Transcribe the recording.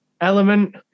element